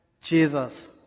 Jesus